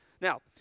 Now